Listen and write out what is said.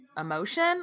emotion